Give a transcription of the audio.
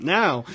now